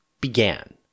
began